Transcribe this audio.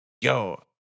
yo